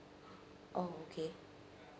oh okay